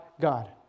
God